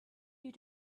you